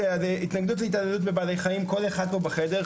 התנגדות להתעללות בבעלי חיים כל אחד פה בחדר,